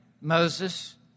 Moses